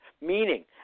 meaning